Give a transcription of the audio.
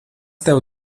tev